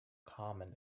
common